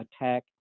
attack